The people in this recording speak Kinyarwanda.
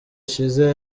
ishize